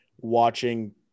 watching